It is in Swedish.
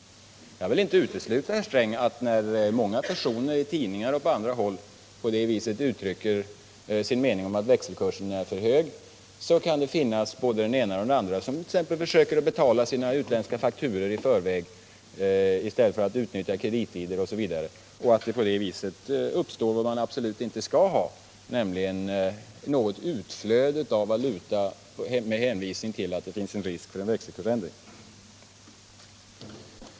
Jag vill inte utesluta, herr Sträng, att när många personer i tidningar och på andra håll på det viset uttrycker sin mening om att växelkursen är för hög, så kan det finnas både den ena och den andra som t.ex. försöker att betala sina utländska fakturor i förväg i stället för att utnyttja kredittider osv. och att det på det viset uppstår vad man absolut inte skall ha, nämligen ett utflöde av valuta med hänvisning till att det finns risk för en växelkursändring.